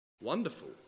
Wonderful